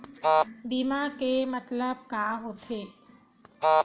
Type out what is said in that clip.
बीमा के मतलब का होथे?